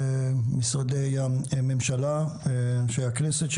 משרדי הממשלה ואנשי הכנסת,